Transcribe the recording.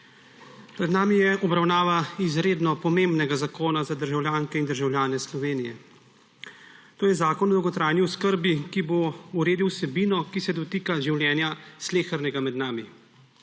Pred nami je obravnava izredno pomembnega zakona za državljanke in državljane Slovenije. Tu je Zakon o dolgotrajni oskrbi, ki bo uredil vsebino, ki se dotika življenja slehernega med nami;